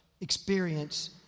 experience